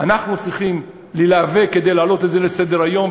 אנחנו צריכים להיאבק כדי להעלות את זה לסדר-היום,